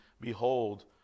behold